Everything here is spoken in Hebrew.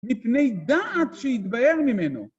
מפני דעת שהתבהר ממנו.